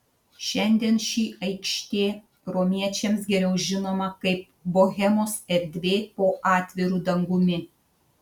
šiandien ši aikštė romiečiams geriau žinoma kaip bohemos erdvė po atviru dangumi